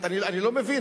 אני לא מבין